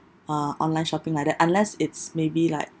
uh online shopping like that unless it's maybe like